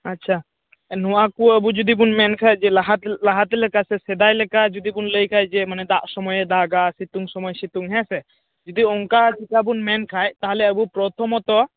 ᱟᱪᱪᱷᱟ ᱱᱚᱣᱟ ᱠᱚ ᱟᱵᱚ ᱡᱩᱫᱤ ᱵᱚᱱ ᱢᱮᱱ ᱠᱷᱟᱱ ᱞᱟᱦᱟ ᱞᱟᱦᱟ ᱛᱮ ᱞᱮᱠᱟ ᱥᱮ ᱥᱮᱫᱟᱭ ᱞᱮᱠᱟ ᱡᱩᱫᱤ ᱵᱚ ᱞᱟᱹᱭ ᱠᱷᱟᱱ ᱢᱟᱱᱮ ᱫᱟᱜ ᱥᱳᱢᱳᱭᱮ ᱫᱟᱜᱟ ᱥᱤᱛᱩᱝ ᱥᱳᱢᱳᱭ ᱥᱤᱛᱩᱝ ᱦᱮᱸ ᱥᱮ ᱡᱩᱫᱤ ᱚᱱᱠᱟ ᱞᱮᱠᱟ ᱵᱚ ᱢᱮᱱ ᱠᱷᱟᱱ ᱛᱟᱦᱚᱞᱮ ᱟᱵᱚ ᱯᱨᱚᱛᱷᱚᱢᱚᱛᱚ